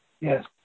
Yes